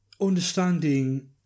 understanding